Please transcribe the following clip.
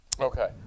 Okay